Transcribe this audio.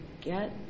get